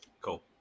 Cool